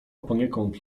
poniekąd